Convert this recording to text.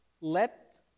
let